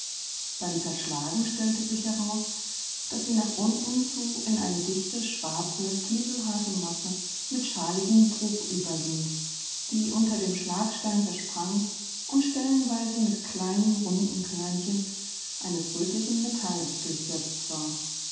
beim zerschlagen stellte sich heraus daß sie nach unten zu in eine dichte schwarze kieselharte masse mit schaligem bruch überging die unter dem schlagstein zersprang und stellenweise mit kleinen runden körnchen eines rötlichen metalles durchsetzt war